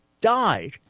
died